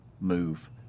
move